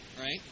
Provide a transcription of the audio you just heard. right